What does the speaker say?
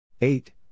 eight